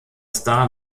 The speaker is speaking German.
star